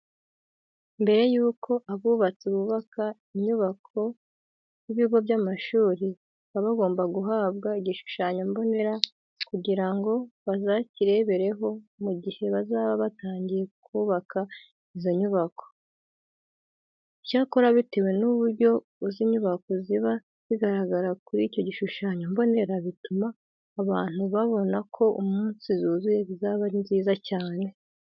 Mbere yuko abubatsi bubaka inyubako z'ibigo by'amashuri baba bagomba guhabwa igishushanyo mbonera kugira ngo bazakirebereho mu gihe bazaba batangiye kubaka izo nyubako. Icyakora bitewe n'uburyo izi nyubako ziba zigaragara kuri icyo gishushanyo mbonera bituma abantu babona ko umunsi zuzuye zizaba ari nziza cyane.